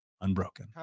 unbroken